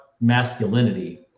masculinity